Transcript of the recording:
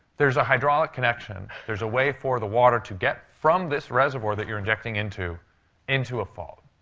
there's a hydraulic connection. there's a way for the water to get from this reservoir that you're injecting into into a fault.